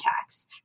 tax